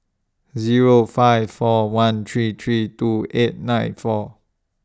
Zero five four one three three two eight nine four